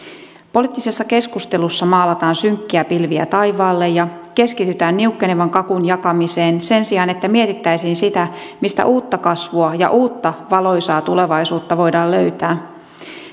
poliittisessa keskustelussa maalataan synkkiä pilviä taivaalle ja keskitytään niukkenevan kakun jakamiseen sen sijaan että mietittäisiin sitä mistä uutta kasvua ja uutta valoisaa tulevaisuutta voidaan löytää